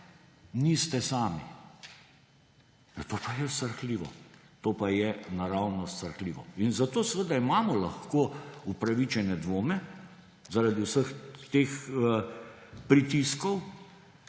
Niste sami.« To pa je srhljivo. To pa je naravnost srhljivo. In zato seveda imamo lahko upravičene dvome, zaradi vseh teh pritiskov,